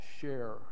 share